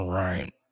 right